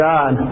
God